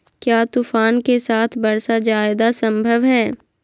क्या तूफ़ान के साथ वर्षा जायदा संभव है?